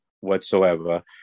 whatsoever